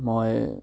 মই